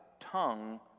tongue